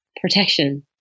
protection